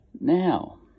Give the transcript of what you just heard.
now